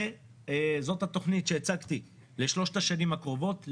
זאת התוכנית שהצגתי לשלוש השנים הקרובות.